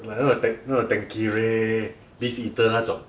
like 那个 tan~ Tanqueray Beefeater 那种